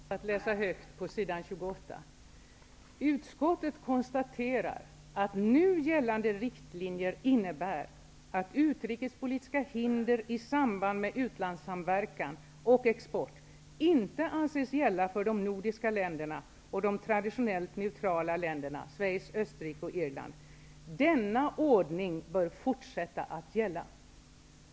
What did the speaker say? Fru talman! Jag citerar utskottsbetänkandet, sid. 28: ''Utskottet konstaterar att nu gällande riktlinjer innebär att utrikespolitiska hinder i samband med utlandssamverkan och export inte anses gälla för de nordiska länderna och för de traditionellt neutrala länderna Schweiz, Österrike och Irland. Denna ordning bör fortsätta att gälla.''